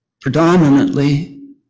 predominantly